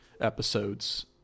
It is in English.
episodes